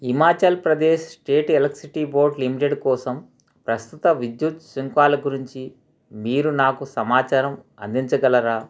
Himachal Pradesh state electricity board limited కోసం ప్రస్తుత విద్యుత్ సుంకాల గురించి మీరు నాకు సమాచారం అందించగలరా